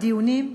בדיונים,